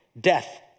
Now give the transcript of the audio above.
death